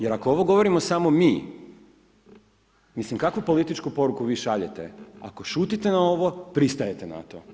Jer ako ovo govorimo samo mi, mislim kakvu političku poruku vi šaljete ako šutite na ovo, pristajete na to.